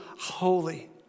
holy